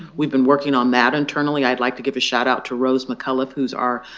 we've been working on that internally. i'd like to give a shout out to rose mcculloch who's our